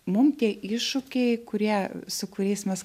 mum tie iššūkiai kurie su kuriais mes